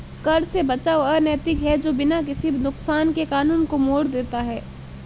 कर से बचाव अनैतिक है जो बिना किसी नुकसान के कानून को मोड़ देता है